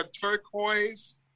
turquoise